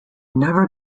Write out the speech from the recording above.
never